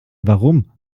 warum